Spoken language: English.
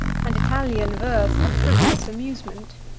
and italian verse a frivolous amusement.